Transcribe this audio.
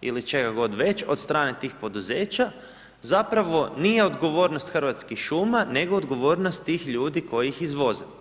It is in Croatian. ili čega god već od strane tih poduzeća zapravo nije odgovornost Hrvatskih šuma, nego odgovornost tih ljudi koji ih izvoze.